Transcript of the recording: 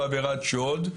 בעבירת שוד,